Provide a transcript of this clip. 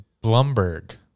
Blumberg